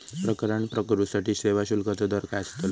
प्रकरण करूसाठी सेवा शुल्काचो दर काय अस्तलो?